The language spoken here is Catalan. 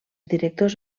directors